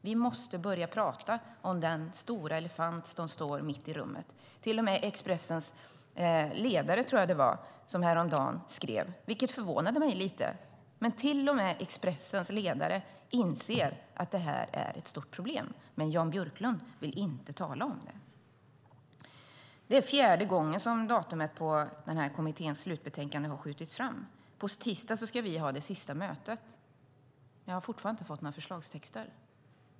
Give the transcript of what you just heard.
Vi måste börja tala om den stora elefant som står mitt i rummet. Till och med i Expressens ledare, tror jag att det var, skrev man häromdagen, vilket förvånade mig lite, att man inser att det här är ett stort problem. Men Jan Björklund vill inte tala om det. Det är nu fjärde gången som datumet för kommitténs slutbetänkande har skjutits fram. På tisdag ska vi ha det sista mötet, men vi har fortfarande inte fått några förslagstexter.